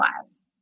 lives